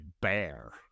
bear